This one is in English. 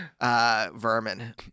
vermin